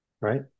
right